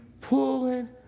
pulling